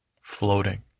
floating